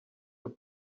your